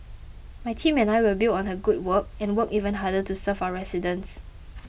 my team and I will build on her good work and work even harder to serve our residents